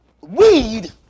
weed